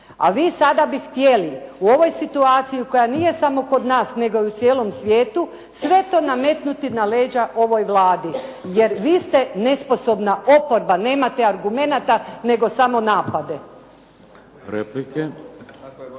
A vi sada bi htjeli u ovoj situaciji koja nije samo kod nas, nego i u cijelom svijetu, sve to nametnuti na leđa ovoj Vladi jer vi ste nesposobna oporba, nemate argumenata nego samo napade.